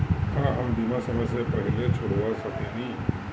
का हम बीमा समय से पहले छोड़वा सकेनी?